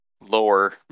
lower